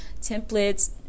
templates